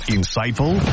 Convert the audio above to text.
Insightful